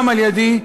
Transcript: גם על-ידי,